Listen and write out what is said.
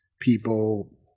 people